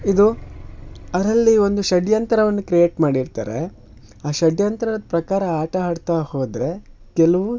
ಇದು ಅದರಲ್ಲಿ ಒಂದು ಷಡ್ಯಂತ್ರವನ್ನು ಕ್ರಿಯೇಟ್ ಮಾಡಿರ್ತಾರೆ ಆ ಷಡ್ಯಂತರದ ಪ್ರಕಾರ ಆಟ ಆಡ್ತಾ ಹೋದರೆ ಗೆಲುವು